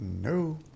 No